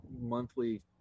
monthly